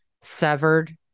severed